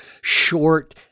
short